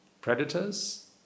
Predators